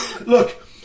look